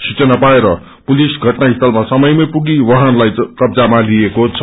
सूचना पाएर पुलिस घटनास्थान समयमै पुगी वाहनलाई कब्जामा लिएको छ